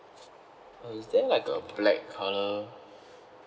uh is there like a black colour